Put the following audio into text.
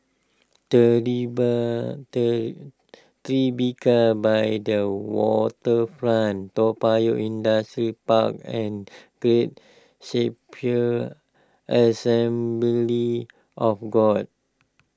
Tribeca by the Waterfront Toa Payoh Park and Great Shepherd Assembly of God